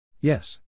Yes